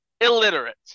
illiterate